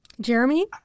jeremy